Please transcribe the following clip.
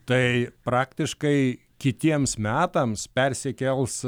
tai praktiškai kitiems metams persikels